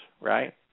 right